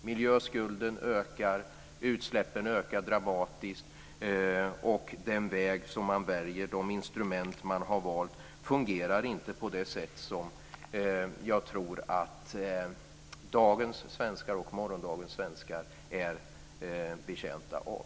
Miljöskulden ökar, utsläppen ökar dramatiskt och den väg som väljs och de instrument som har valts fungerar inte på det sätt som jag tror att dagens och morgondagens svenskar är betjänta av.